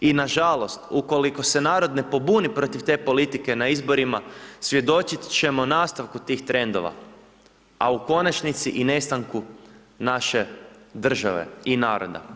I nažalost ukoliko se narod ne pobuni protiv te politike na izborima svjedočiti ćemo nastavku tih trendova a u konačnici i nestanku naše države i naroda.